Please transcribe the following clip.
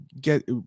get